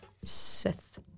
sith